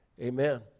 amen